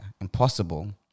impossible